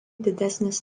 didesnės